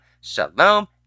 Shalom